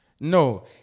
No